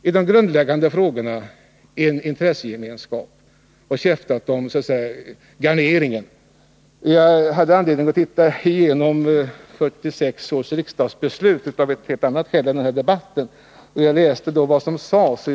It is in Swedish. I de grundläggande frågorna har vi emellertid haft en intressegemenskap, och det vi har käftat om har bara varit ”garneringen”. Av ett helt annat skäl än den här debatten hade jag anledning att läsa i 1946 års riksdagsprotokoll, och det var nästan rörande att läsa vad som då sades i bostadsdebatten.